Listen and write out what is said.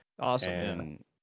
Awesome